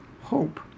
hope